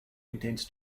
contains